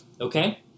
okay